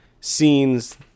scenes